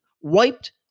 wiped